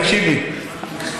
תקשיבי,